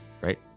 right